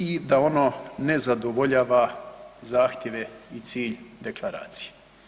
I da ono ne zadovoljava zahtjeve i cilj deklaracije.